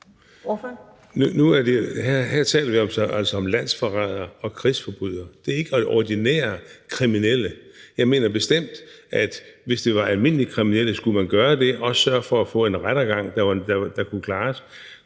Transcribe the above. (DF): Her taler vi jo altså om landsforrædere og krigsforbrydere. Det er ikke ordinære kriminelle. Jeg mener bestemt, at man, hvis det var almindelige kriminelle, skulle gøre det og også sørge for at få en rettergang, der kunne klares.